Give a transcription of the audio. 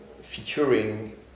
featuring